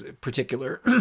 particular